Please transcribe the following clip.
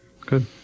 Good